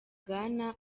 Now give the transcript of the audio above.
bwana